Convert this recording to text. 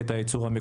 בשירותי חירום.